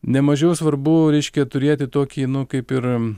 nemažiau svarbu reiškia turėti tokį nu kaip ir